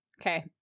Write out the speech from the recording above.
Okay